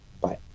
Bye